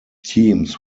teams